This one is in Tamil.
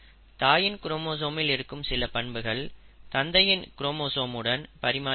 தாயின் குரோமோசோமில் இருக்கும் சில பண்புகள் தந்தையின் குரோமோசோமுடன் பரிமாறி இருக்கும்